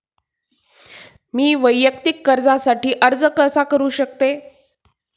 मी वैयक्तिक कर्जासाठी अर्ज कसा करु शकते?